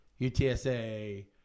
UTSA